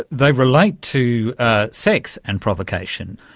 they relate to sex and provocation.